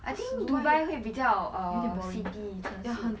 I think dubai 会比较 err city 城市